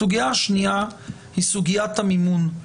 הסוגיה השנייה היא סוגיית המימון.